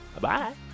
Bye-bye